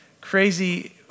crazy